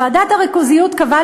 ועדת הריכוזיות קבעה,